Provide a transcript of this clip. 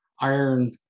iron